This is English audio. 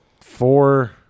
four